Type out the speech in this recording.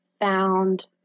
found